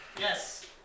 Yes